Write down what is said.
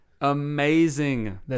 amazing